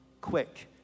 quick